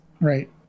Right